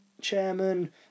chairman